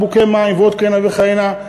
ועוד כהנה וכהנה.